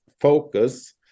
focus